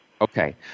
Okay